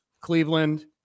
cleveland